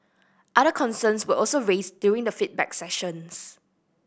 other concerns were also raised during the feedback sessions